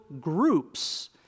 groups